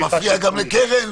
אתה מפריע גם לקרן?